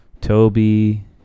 Toby